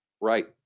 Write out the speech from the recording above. Right